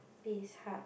Bizhub